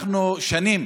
אנחנו שנים,